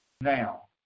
now